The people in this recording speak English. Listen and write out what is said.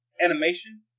animation